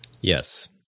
Yes